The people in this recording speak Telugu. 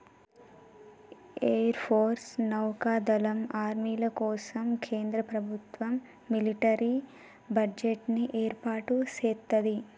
ఎయిర్ ఫోర్సు, నౌకా దళం, ఆర్మీల కోసం కేంద్ర ప్రభుత్వం మిలిటరీ బడ్జెట్ ని ఏర్పాటు సేత్తది